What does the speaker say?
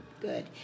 Good